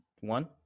One